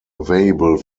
available